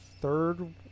third